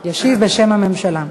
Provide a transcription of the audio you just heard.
ישיב בשם הממשלה.